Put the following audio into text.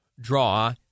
draw